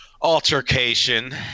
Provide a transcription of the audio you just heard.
altercation